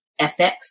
FX